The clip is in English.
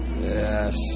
Yes